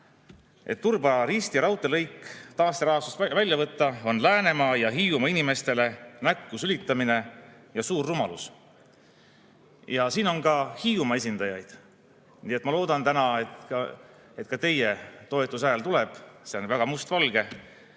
– Turba–Risti raudteelõik taasterahastust välja võtta, on Läänemaa ja Hiiumaa inimestele näkku sülitamine ja suur rumalus. Siin on ka Hiiumaa esindajaid, nii et ma loodan täna näha ka teie toetushäält. See on väga mustvalge: